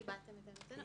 קיבלתם את עמדתנו.